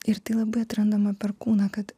ir tai labai atrandama per kūną kad